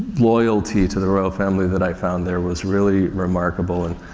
loyalty to the royal family that i found there was really remarkable and,